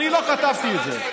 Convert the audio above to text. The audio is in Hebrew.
אני לא כתבתי את זה.